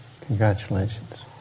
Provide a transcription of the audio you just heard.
Congratulations